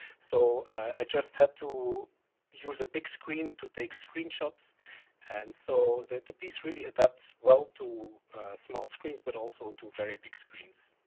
so i just had to use a big screen to take screenshots and so the the piece really adapts well to small screens but also to very big screens.